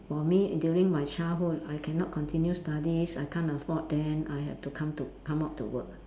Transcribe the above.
for me during my childhood I cannot continue studies I can't afford then I had to come to come out to work